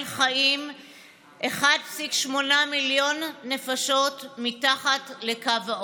חיות 1.8 מיליון נפשות מתחת לקו העוני.